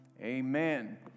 amen